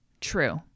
True